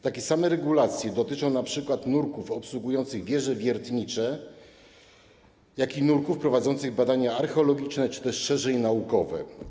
Takie same regulacje dotyczą zarówno nurków obsługujących wieże wiertnicze, jak i nurków prowadzących badania archeologiczne czy też szerzej: naukowe.